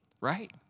right